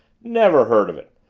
never heard of it!